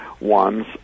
ones